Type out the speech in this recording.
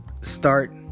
Start